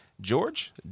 George